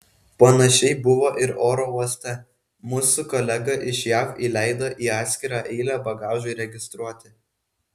panašiai buvo ir oro uoste mus su kolega iš jav įleido į atskirą eilę bagažui registruoti